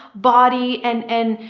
body and, and,